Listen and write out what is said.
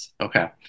Okay